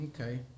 Okay